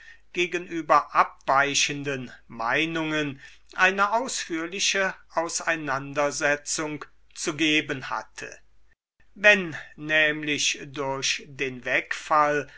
gegenüber abweichenden meinungen eine ausführliche auseinandersetzung zu geben hatte o wenn nämlich durch den wegfall